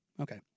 Okay